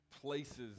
places